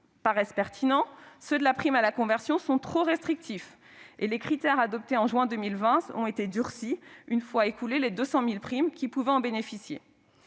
paraissent pertinents, ceux de la prime à la conversion sont trop restrictifs, les critères adoptés en juin 2020 ayant été durcis, une fois écoulées les 200 000 primes qui pouvaient en bénéficier.